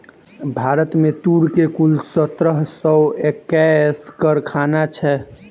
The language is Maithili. भारत में तूर के कुल सत्रह सौ एक्कैस कारखाना छै